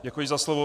Děkuji za slovo.